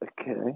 Okay